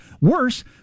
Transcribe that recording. Worse